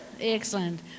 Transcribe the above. Excellent